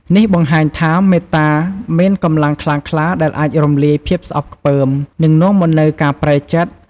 នេះបង្ហាញថា មេត្តាមានកម្លាំងខ្លាំងក្លាដែលអាចរំលាយភាពស្អប់ខ្ពើម និងនាំមកនូវការប្រែចិត្ត។